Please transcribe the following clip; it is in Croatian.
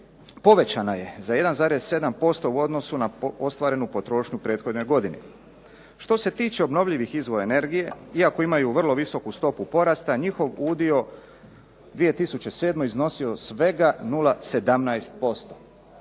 povećana je za 1,7% u odnosu na ostvarenu potrošnju prethodne godine. Što se tiče obnovljivih izvora energije, iako imaju vrlo visoku stopu porasta njihov udio iznosio je svega 0,17%.